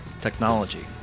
technology